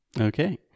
Okay